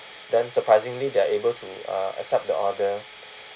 then surprisingly they are able to uh accept the order